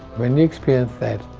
when you experience that,